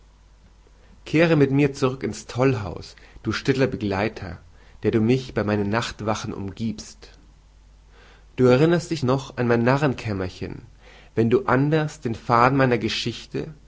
kehre mit mir zurück ins tollhaus du stiller begleiter der du mich bei meinen nachtwachen umgiebst du erinnerst dich noch an meine narrenkämmerchen wenn du anders den faden meiner geschichte